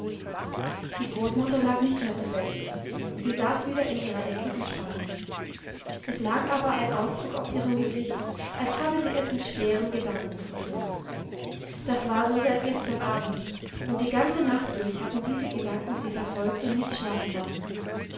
die großmutter lag nicht mehr zu bett sie saß wieder in ihrer ecke und spann es lag aber ein ausdruck auf ihrem gesicht als habe sie es mit schweren gedanken zu tun das war so seit gestern abend und die ganze nacht durch hatten diese gedanken sie verfolgt und nicht schlafen lassen